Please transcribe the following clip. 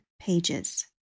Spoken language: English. pages